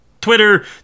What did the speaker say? Twitter